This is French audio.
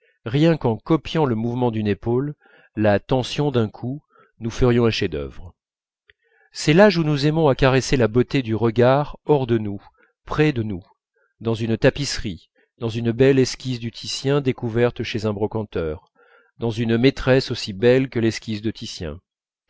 rien qu'en copiant le mouvement d'une épaule la tension d'un cou nous ferions un chef-d'œuvre c'est l'âge où nous aimons à caresser la beauté du regard hors de nous près de nous dans une tapisserie dans une belle esquisse de titien découverte chez un brocanteur dans une maîtresse aussi belle que l'esquisse